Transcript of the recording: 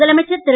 முதலமைச்சர் திரு